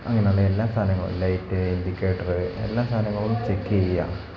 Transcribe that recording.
അങ്ങനെയുള്ള എല്ലാ സാധനങ്ങളും ലൈറ്റ് ഇൻഡിക്കേറ്ററ് എല്ലാ സാധനങ്ങളും ചെക്ക് ചെയ്യുക